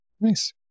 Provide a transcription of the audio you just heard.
Nice